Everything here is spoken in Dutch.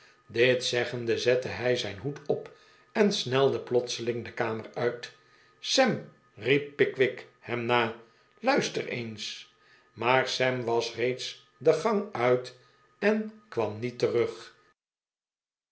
dit zeggende zette hij zijn hoed op en snelde plotseling de kamer uit sam riep pickwick hem na luister eens maar sam was reeds de gang uit en kwam niet terug